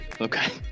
Okay